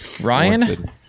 Ryan